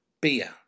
Beer